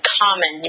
common